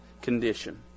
condition